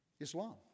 Islam